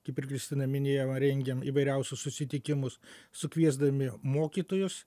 kaip ir kristina minėjo rengėm įvairiausius susitikimus sukviesdami mokytojus